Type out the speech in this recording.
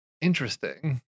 Interesting